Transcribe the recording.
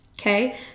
okay